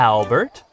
Albert